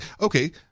okay